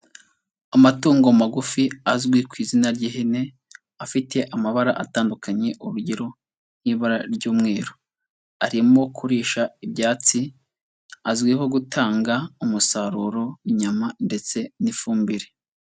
Amatungo magufi azwi ku izina ry'ihene, afite amabara atandukanye urugero nk'ibara ry'umweru. Arimo kurisha ibyatsi azwiho gutanga umusaruro w'inyama ndetse n'ifumbire.